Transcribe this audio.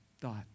thought